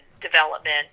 development